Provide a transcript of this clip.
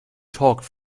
talked